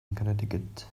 connecticut